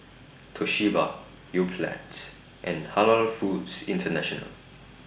Toshiba Yoplait and Halal Foods International